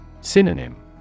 Synonym